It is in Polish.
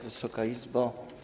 Wysoka Izbo!